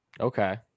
Okay